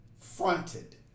fronted